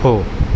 हो